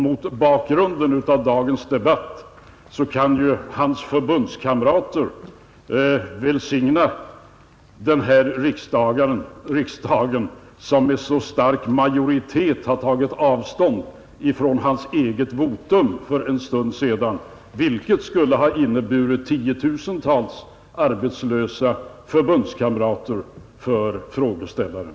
Mot bakgrunden av dagens debatt kan ju dessutom herr Olssons förbundskamrater välsigna den här riksdagen, som med så stark majoritet har tagit avstånd från hans eget votum för en stund sedan, vilket skulle ha inneburit tiotusentals arbetslösa förbundskamrater för frågeställaren.